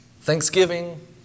Thanksgiving